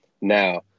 Now